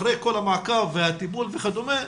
אחרי כל המעקב והטיפול וכדומה,